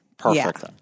Perfect